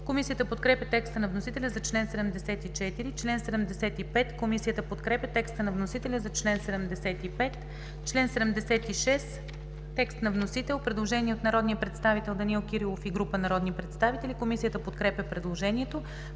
Комисията подкрепя текста на вносителя за чл. 60. Комисията подкрепя текста на вносителя за чл. 61. Член 62 – текст на вносител. Предложение от народния представител Данаил Кирилов и група народни представители. Комисията подкрепя предложението.